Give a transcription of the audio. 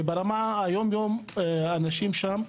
ברמה היומיומית, לאנשים שם,